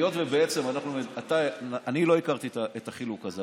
אני לא הכרתי את החלוקה הזאת,